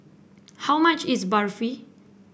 how much is Barfi